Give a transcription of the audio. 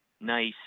nice